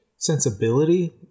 Sensibility